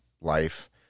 life